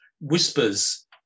whispers